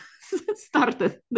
started